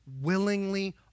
willingly